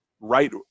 right